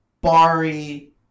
Bari